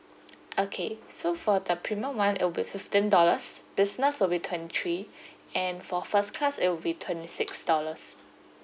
okay so for the premium [one] it'll be fifteen dollars business will be twenty three and for first class it will be twenty six dollars